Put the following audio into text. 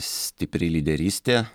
stipri lyderystė